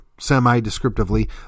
semi-descriptively